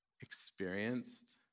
experienced